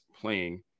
playing